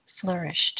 flourished